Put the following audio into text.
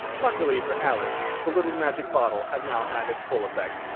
luckily for alice, the little magic bottle had now had its full effect,